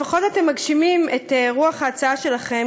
לפחות אתם מגשימים את רוח ההצעה שלכם